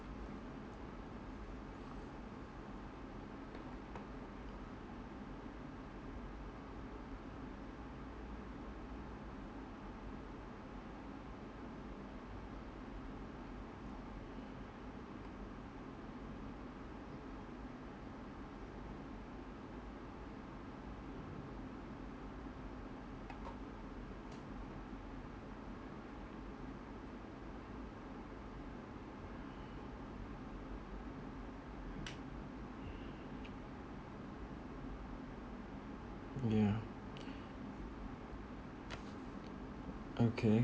okay